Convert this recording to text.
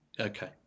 Okay